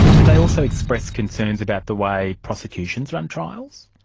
did they also express concerns about the way prosecutions run trials?